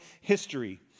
history